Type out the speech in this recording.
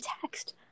text